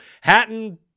Hatton